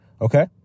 okay